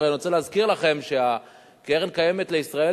הרי אני רוצה להזכיר לכם שהקרן הקיימת לישראל,